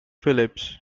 phillips